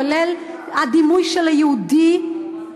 כולל הדימוי של היהודי,